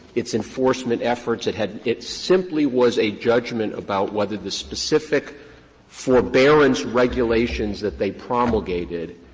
its enforcement efforts. it had it simply was a judgment about whether the specific forbearance regulations that they promulgated,